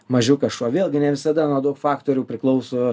mažiukas šuo vėlgi ne visada nuo daug faktorių priklauso